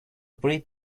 breed